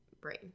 brain